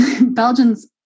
Belgians